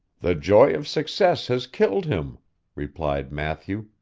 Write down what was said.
the joy of success has killed him replied matthew,